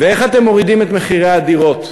ואיך אתם מורידים את מחירי הדירות?